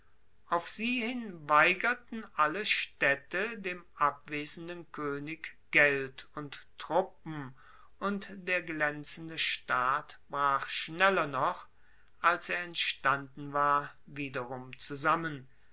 auf sie hin weigerten alle staedte dem abwesenden koenig geld und truppen und der glaenzende staat brach schneller noch als er entstanden war wiederum zusammen